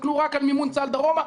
הסתכלו רק על מימון צה"ל דרומה,